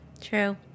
true